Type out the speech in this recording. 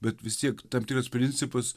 bet vis tiek tam tikras principas